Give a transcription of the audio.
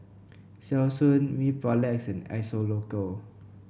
Selsun Mepilex and Isocal